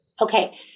Okay